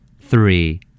Three